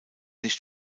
nicht